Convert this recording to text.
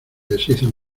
deshizo